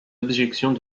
objections